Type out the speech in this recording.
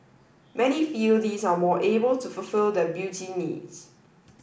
many feel these are more able to fulfil their beauty needs